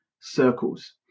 circles